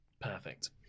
perfect